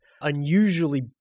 unusually